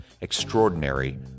Extraordinary